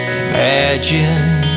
imagine